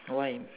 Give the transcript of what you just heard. why